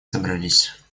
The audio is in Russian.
собрались